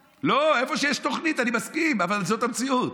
לא, איפה שיש תוכנית, אני מסכים, אבל זאת המציאות.